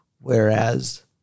whereas